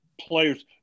players